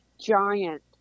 giant